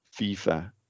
FIFA